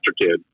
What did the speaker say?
kid